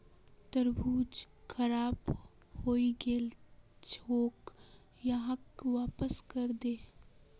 तरबूज खराब हइ गेल छोक, यहाक वापस करे दे